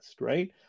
right